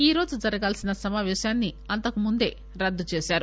ఈ రోజు జరగాల్పిన సమావేశాన్ని అంతకుముందే రద్దు చేశారు